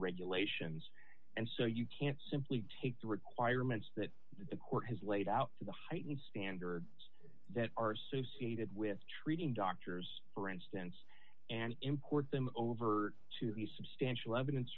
regulations and so you can't simply take the requirements that the court has laid out to the heightened standards that are associated with treating doctors for instance and import them over to the substantial evidence